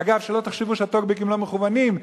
אגב, שלא תחשבו שהטוקבקים לא מכוונים.